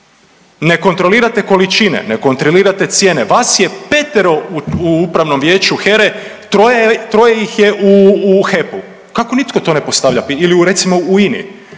Ne kontrolirate količine, ne kontrolirate cijene, vas je petero u Upravnom vijeću HERA-e, troje ih je u HEP-u. Kako nitko to ne postavlja pitanje ili